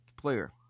player